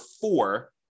four